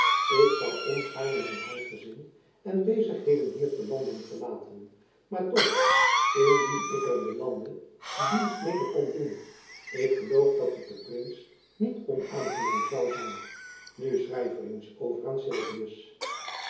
ik zoû ongaarne mijn huisgezin en bezigheden hier te lande verlaten maar toch indien ik er den lande dienst mede kon doen ik geloof dat het den prins niet onaangenaam zoû zijn nu schrijf er eens over aan